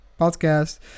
podcast